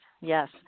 Yes